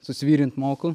susivirint moku